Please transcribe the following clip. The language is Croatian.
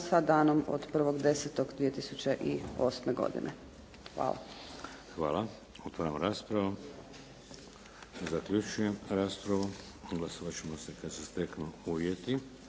sa danom od 1.10.2008. godine. Hvala. **Šeks, Vladimir (HDZ)** Hvala. Otvaram raspravu. Zaključujem raspravu. Glasovat ćemo kad se steknu uvjeti.